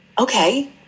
okay